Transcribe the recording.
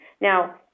Now